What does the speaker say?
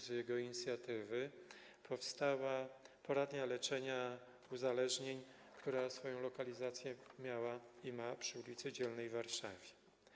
Z jego inicjatywy powstała poradnia leczenia uzależnień, która swoją lokalizację miała i ma przy ul. Dzielnej w Warszawie.